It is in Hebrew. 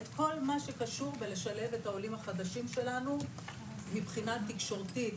את כל מה שקשור בלשלב את העולים החדשים שלנו מבחינה תקשורתית,